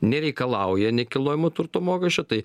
nereikalauja nekilnojamo turto mokesčio tai